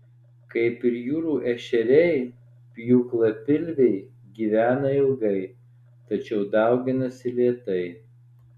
kaip ir jūrų ešeriai pjūklapilviai gyvena ilgai tačiau dauginasi lėtai